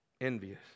envious